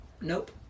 Nope